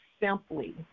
simply